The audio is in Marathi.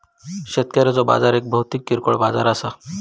शेतकऱ्यांचो बाजार एक भौतिक किरकोळ बाजार असा